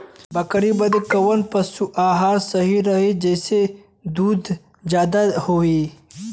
बकरी बदे कवन पशु आहार सही रही जेसे दूध ज्यादा होवे?